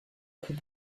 plus